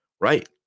Right